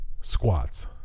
squats